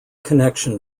connection